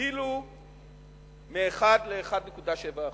הגדילו מ-1% ל-1.7%.